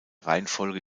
reihenfolge